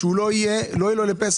שלחלשים האלה לא יהיה לפסח,